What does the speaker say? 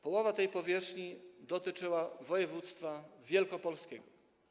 Połowa tej powierzchni dotyczyła województwa wielkopolskiego.